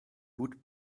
would